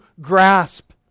grasp